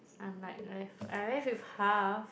I'm like left I'm left with half